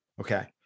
okay